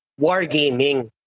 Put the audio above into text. wargaming